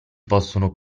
possono